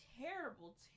terrible